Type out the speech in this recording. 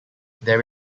there